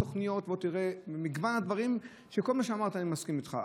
את הקשיים האמיתיים שהם מתמודדים איתם בגילם,